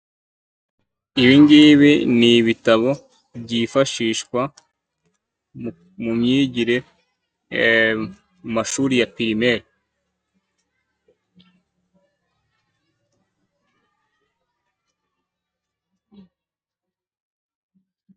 Ibi ngibi ni ibitabo, byifashishwa mu myigire n'amashuri ya pirimeri.